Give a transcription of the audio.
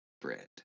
bread